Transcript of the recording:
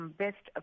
best